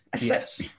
Yes